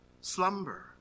Slumber